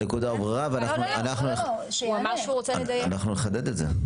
אנחנו נחדד את זה.